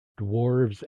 dwarves